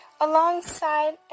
alongside